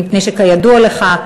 מפני שכידוע לך,